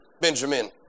Benjamin